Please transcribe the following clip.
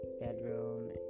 Bedroom